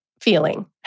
feeling